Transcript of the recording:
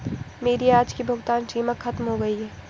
मेरी आज की भुगतान सीमा खत्म हो गई है